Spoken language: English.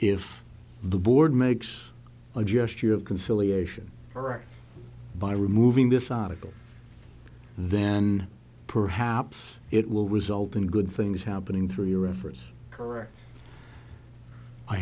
if the board makes a gesture of conciliation or right by removing this article then perhaps it will result in good things happening through your efforts correct i